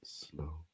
slow